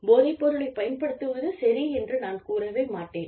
போதைப்பொருளைப் பயன்படுத்துவது சரி என்று நான் கூறவே மாட்டேன்